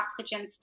oxygen